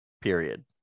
period